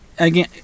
again